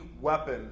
weapon